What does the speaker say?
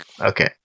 Okay